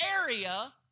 area